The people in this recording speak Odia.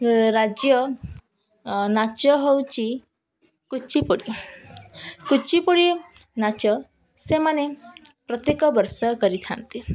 ରାଜ୍ୟ ନାଚ ହଉଛି କୁଚିପୁଡ଼ି କୁଚିପୁଡ଼ି ନାଚ ସେମାନେ ପ୍ରତ୍ୟେକ ବର୍ଷ କରିଥାନ୍ତି